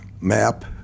map